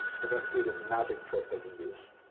you're gonna see this magic trick that you can use.